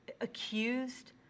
accused